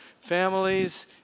families